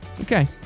Okay